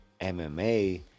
MMA